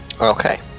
okay